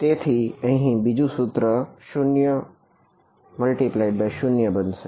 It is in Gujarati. તેથી અહીં બીજું સૂત્ર 0×0 બનશે